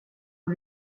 aux